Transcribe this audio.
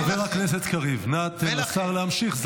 חבר הכנסת קריב, אנא תן לשר להמשיך.